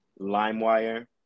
LimeWire